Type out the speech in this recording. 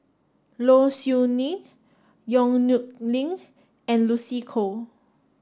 Low Siew Nghee Yong Nyuk Lin and Lucy Koh